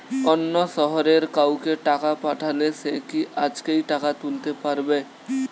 অন্য শহরের কাউকে টাকা পাঠালে সে কি আজকেই টাকা তুলতে পারবে?